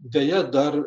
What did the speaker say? deja dar